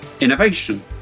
innovation